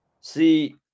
See –